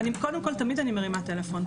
קודם כל תמיד אני מרימה טלפון,